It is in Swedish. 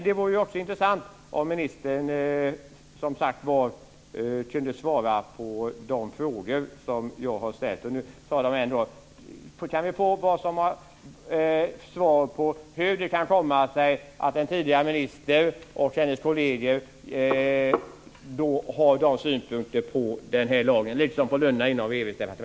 Det vore också intressant om ministern kunde svara på de frågor som jag har ställt. Jag tar dem än en gång. Kan vi få svar på hur det kan komma sig att en tidigare minister och hennes kolleger har dessa synpunkter på den här lagen liksom på lönerna inom